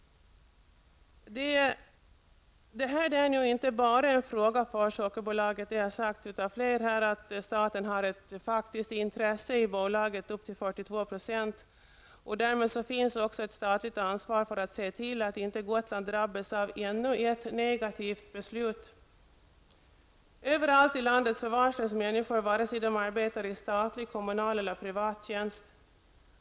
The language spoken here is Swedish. Detta är inte en fråga bara för Sockerbolaget. Flera talare har här framhållit att staten faktiskt har intressen i bolaget uppgående till 42 % och därmed har ett ansvar för att se till att Gotland inte drabbas av ännu ett negativt beslut. Överallt i landet varslas människor vare sig de arbetar i statlig, kommunal eller privat tjänst.